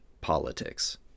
politics